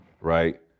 right